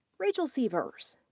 rachel sievers.